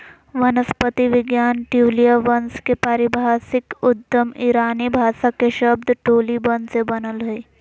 वनस्पति विज्ञान ट्यूलिया वंश के पारिभाषिक उद्गम ईरानी भाषा के शब्द टोलीबन से बनल हई